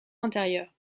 intérieure